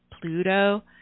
Pluto